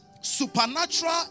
supernatural